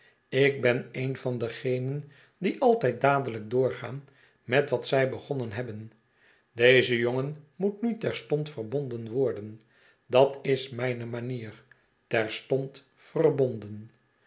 ik ben een van diegenen die altyd dadelijk doorgaan met wat zj begonnen hebben deze jongen moet nu terstond verbonden worden dat is mijne manier terstond verbonden